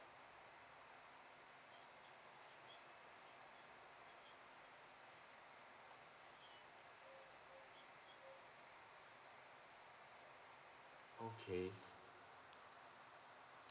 okay